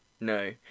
No